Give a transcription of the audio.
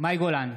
מאי גולן,